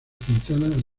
quintana